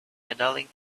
medaling